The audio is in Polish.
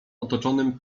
otoczonym